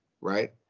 right